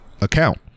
account